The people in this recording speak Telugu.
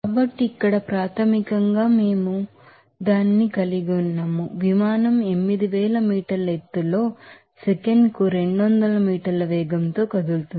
కాబట్టి ఇక్కడ ప్రాథమికంగా మేము దానిని కలిగి ఉన్నాము విమానం 8000 మీటర్ల ఎత్తులో సెకనుకు 200 మీటర్ల వేగంతో కదులుతోంది